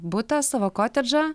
butą savo kotedžą